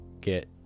get